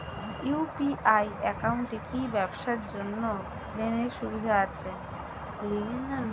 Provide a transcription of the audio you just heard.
UPI একাউন্টে কি ব্যবসার জন্য লোনের সুবিধা আছে?